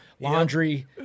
laundry